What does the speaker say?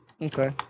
okay